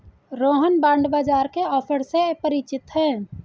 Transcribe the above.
Rohan bond बाजार के offer से परिचित है